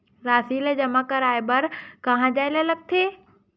राशि ला जमा करवाय बर कहां जाए ला लगथे